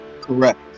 Correct